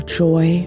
joy